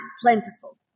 plentiful